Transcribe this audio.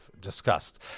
discussed